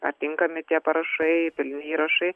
ar tinkami tie parašai pilni įrašai